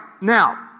now